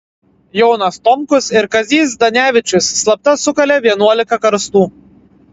jonas tomkus ir kazys zdanevičius slapta sukalė vienuolika karstų